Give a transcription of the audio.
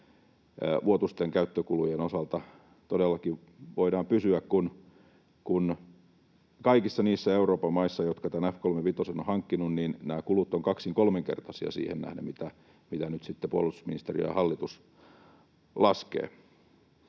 vuotuisten käyttökulujen osalta todellakin voidaan pysyä, kun kaikissa niissä Euroopan maissa, jotka tämän F-35:n ovat hankkineet, nämä kulut ovat kaksin-, kolminkertaisia siihen nähden, mitä nyt sitten puolustusministeriö ja hallitus laskevat.